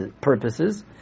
purposes